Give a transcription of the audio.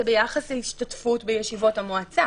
זה ביחס להשתתפות בישיבות המועצה.